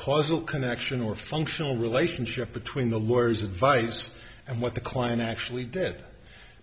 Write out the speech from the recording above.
causal connection or functional relationship between the lawyers advice and what the client actually did